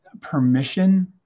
permission